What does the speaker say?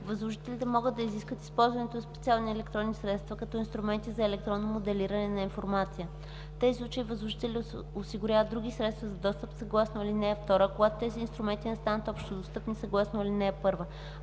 възложителите могат да изискат използването на специални електронни средства, като инструменти за електронно моделиране на информация. В тези случаи възложителите осигуряват други средства за достъп съгласно ал. 2, докато тези инструменти не станат общодостъпни съгласно ал. 1.